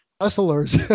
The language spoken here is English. wrestlers